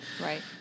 right